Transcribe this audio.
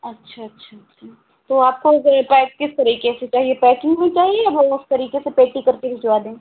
अच्छा अच्छा अच्छा तो आपको ये पैक किस तरीके से चाहिए पैकिंग में चाहिए या वो उस तरीके से पेटी करके भिजवा दें